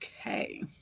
okay